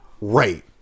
Right